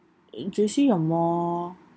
in J_C you're more